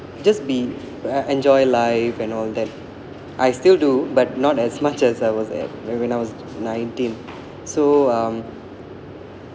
just be uh enjoy life and all that I still do but not as much as I was at when when I was nineteen so um